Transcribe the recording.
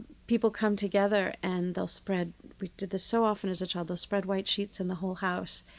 people come together and they'll spread we did this so often as a child they'll spread white sheets in the whole house,